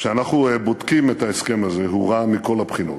כשאנחנו בודקים את ההסכם הזה, הוא רע מכל הבחינות: